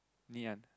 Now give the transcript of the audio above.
Ngee-Ann